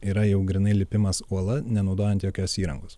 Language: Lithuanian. yra jau grynai lipimas uola nenaudojant jokios įrangos